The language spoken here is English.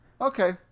Okay